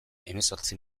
hemezortzi